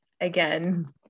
again